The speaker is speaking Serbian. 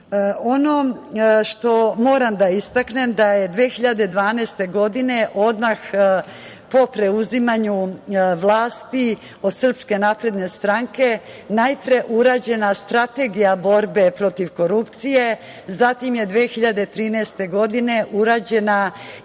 što moram da istaknem jeste da je 2012. godine, odmah po preuzimanju vlasti od SNS, najpre urađena Strategija borbe protiv korupcije, zatim je 2013. godine urađena